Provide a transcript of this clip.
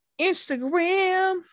Instagram